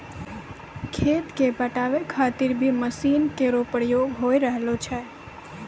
खेत क पटावै खातिर भी मसीन केरो प्रयोग होय रहलो छै